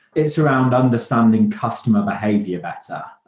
it's around understanding customer behavior better,